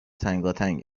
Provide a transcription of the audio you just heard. تنگاتنگ